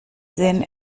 sehen